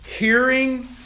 Hearing